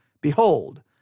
Behold